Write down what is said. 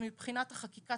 מבחינת החקיקה,